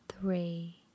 Three